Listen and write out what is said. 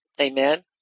Amen